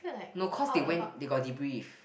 no cause they went they got debrief